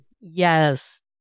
Yes